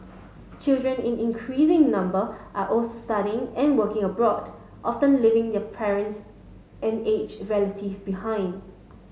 children in increasing number are also studying and working abroad often leaving their parents and aged relative behind